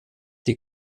die